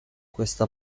questa